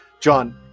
John